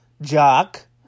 jock